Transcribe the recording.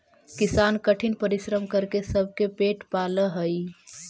किसान कठिन परिश्रम करके सबके पेट पालऽ हइ